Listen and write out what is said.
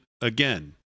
again